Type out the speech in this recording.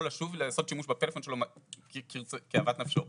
לשוב לעשות שימוש בטלפון שלו כאוות נפשו.